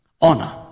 Honor